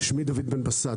שמי דוד בן בסט,